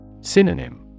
Synonym